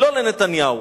לא לנתניהו.